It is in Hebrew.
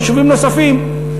ויישובים נוספים,